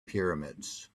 pyramids